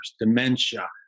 dementia